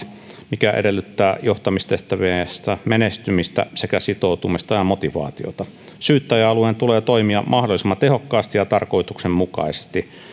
mikä edellyttää johtamistehtävässä menestymistä sekä sitoutumista ja motivaatiota syyttäjäalueen tulee toimia mahdollisimman tehokkaasti ja tarkoituksenmukaisesti